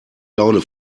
laune